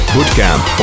Bootcamp